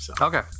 Okay